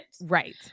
Right